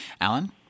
Alan